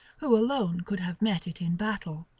who alone could have met it in battle.